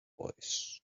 voice